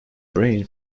brain